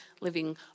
living